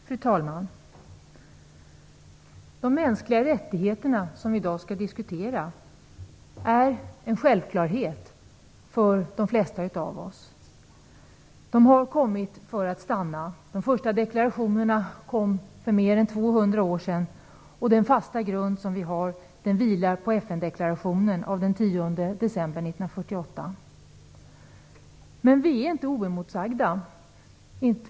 Fru talman! De mänskliga rättigheterna, som vi i dag skall diskutera, är en självklarhet för de flesta av oss. De har kommit för att stanna. De första deklarationerna kom för mer än 200 år sedan, och den fasta grund som vi har i dag vilar på FN-deklarationen av den 10 december 1948. Men vi är inte oemotsagda.